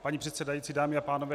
Paní předsedající, dámy a pánové.